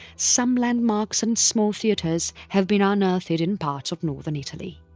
some landmarks and small theatres have been unearthed in parts of northern italy.